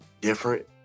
different